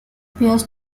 appears